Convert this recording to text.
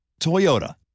Toyota